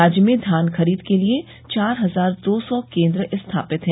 राज्य में धान खरीद के लिये चार हजार दो सौ केन्द्र स्थापित है